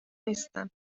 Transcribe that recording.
نیستم